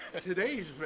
Today's